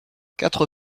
quatre